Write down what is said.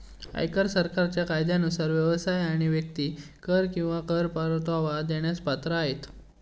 आयकर सरकारच्या कायद्यानुसार व्यवसाय आणि व्यक्ती कर किंवा कर परतावा देण्यास पात्र आहेत